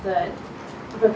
but the